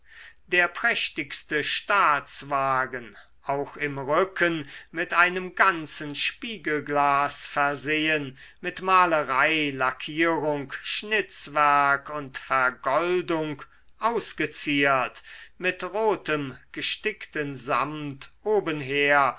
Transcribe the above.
der prächtigste staatswagen auch im rücken mit einem ganzen spiegelglas versehen mit malerei lackierung schnitzwerk und vergoldung ausgeziert mit rotem gestickten samt obenher